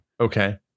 Okay